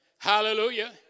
Hallelujah